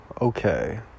okay